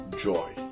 joy